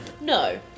No